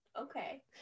Okay